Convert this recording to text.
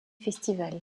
festival